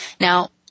Now